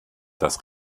das